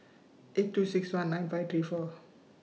eight two six one nine five three four